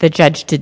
the judge did